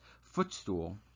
footstool